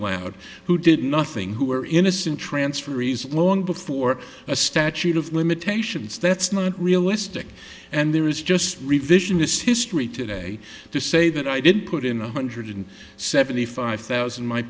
loud who did nothing who were innocent transferees long before a statute of limitations that's not realistic and there is just revisionist history today to say that i didn't put in one hundred seventy five